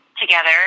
together